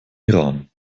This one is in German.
iran